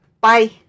Bye